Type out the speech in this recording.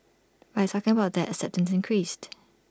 by talking about that acceptance increased